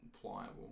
pliable